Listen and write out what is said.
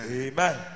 amen